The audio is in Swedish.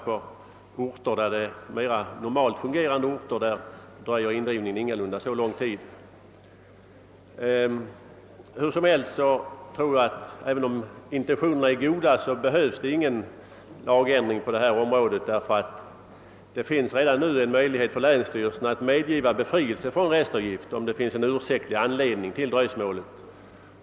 På mera normalt fungerande orter dröjer indrivningen ingalunda så lång tid. Hur som helst tror jag att även om intentionerna är goda, så behövs det ingen lagändring på detta område, ty det föreligger redan en möjlighet för länsstyrelserna att medgiva befrielse från restavgift, om det finns en ursäktlig anledning till dröjsmålet.